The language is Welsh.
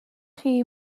chi